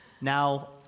now